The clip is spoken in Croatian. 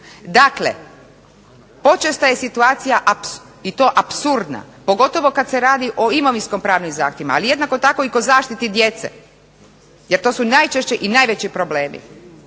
Dakle, počesta je situacija i to apsurdna, pogotovo kad se radi o imovinsko-pravnim zahtjevima, ali jednako tako i kod zaštite djece jer to su najčešće i najveći problemi.